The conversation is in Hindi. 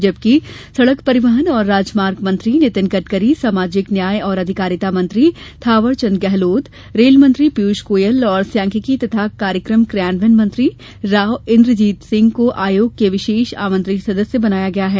जबकि सड़क परिवहन और राजमार्ग मंत्री नितिन गड़करी सामाजिक न्याय और अधिकारिता मंत्री थावर चंद गहलोत रेल मंत्री पीयूष गोयल और सांख्यिकी तथा कार्यक्रम क्रियान्वयन मंत्री राव इंदरजीत सिंह को आयोग के विशेष आमंत्रित सदस्य बनाया गया है